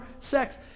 sex